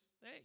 hey